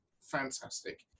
fantastic